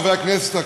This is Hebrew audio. חברי הכנסת,